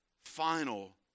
Final